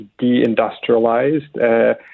deindustrialized